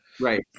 Right